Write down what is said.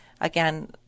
again